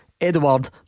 Edward